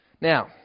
Now